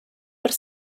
per